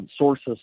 sources